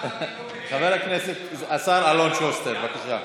חבר הכנסת השר אלון שוסטר, בבקשה.